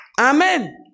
Amen